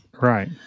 Right